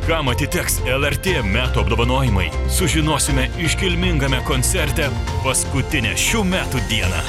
kam atiteks lrt metų apdovanojimai sužinosime iškilmingame koncerte paskutinę šių metų dieną